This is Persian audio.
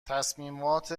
تصمیمات